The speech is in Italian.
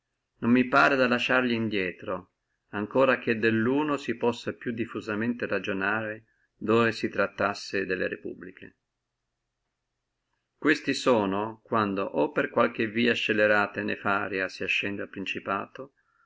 non mi pare da lasciarli indrieto ancora che delluno si possa più diffusamente ragionare dove si trattassi delle repubbliche questi sono quando o per qualche via scellerata e nefaria si ascende al principato